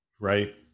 right